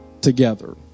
together